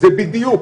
זה בדיוק,